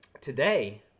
today